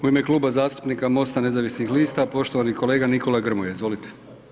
U ime Kluba zastupnika MOST-a nezavisnih lista, poštovani kolega Nikola Grmoja, izvolite.